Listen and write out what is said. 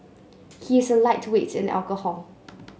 he is a lightweight in alcohol